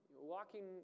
walking